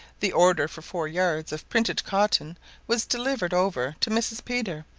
the order for four yards of printed cotton was delivered over to mrs. peter,